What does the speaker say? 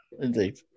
indeed